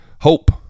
hope